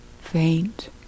faint